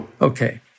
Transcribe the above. okay